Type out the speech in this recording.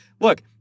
look